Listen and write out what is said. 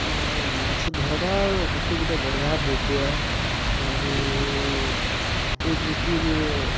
ମାଛ ଧରବାର୍ ବୃତ୍ତି ଗୋଟେ ବଢ଼ିଆ ବୃତ୍ତିଏ ଆରୁ ଏଇ ବୃତ୍ତିରେ